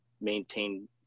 maintain